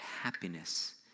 happiness